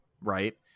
right